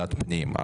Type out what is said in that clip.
לוועדת הפנים.